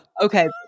Okay